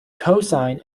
cosine